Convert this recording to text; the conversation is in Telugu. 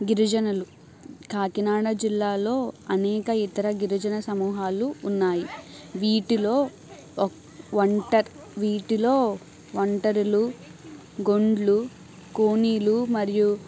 గిరిజనులు కాకినాడ జిల్లాలో అనేక ఇతర గిరిజన సమూహాలు ఉన్నాయి వీటిలో ఒ వంటర్ వీటిలో వంటరులు గుండ్లు కూనీలు మరియు